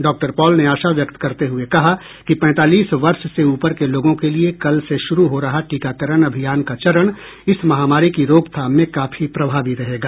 doctor Paul ने आशा व्यक्त करते हुए कहा कि पैतालीस वर्ष से ऊपर के लोगों के लिए कल से शुरू हो रहा टीकाकरण अभियान का चरण इस महामारी की रोकथाम में काफी प्रभावी रहेगा